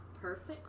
perfect